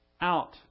out